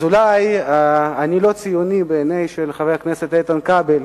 אז אולי אני לא ציוני בעיני חבר הכנסת כבל,